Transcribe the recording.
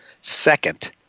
second